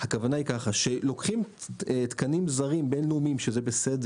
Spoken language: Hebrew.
הכוונה היא שלוקחים תקנים בין-לאומיים, וזה בסדר.